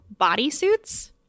bodysuits